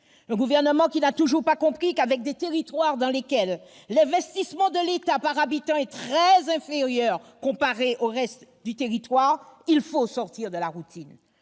Un gouvernement qui n'a toujours pas compris qu'avec des territoires dans lesquels l'investissement de l'État par habitant est très inférieur à ce qu'il est dans le reste du territoire, il faut sortir de la routine